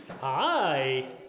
Hi